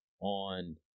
on